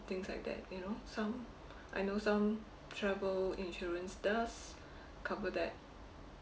things like that you know some I know some travel insurance does cover that